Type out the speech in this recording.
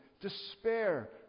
despair